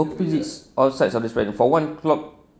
opposites outside of the spectrum for one klopp